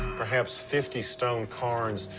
perhaps fifty stone cairns,